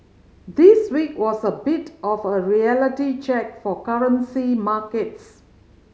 this week was a bit of a reality check for currency markets